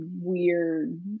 weird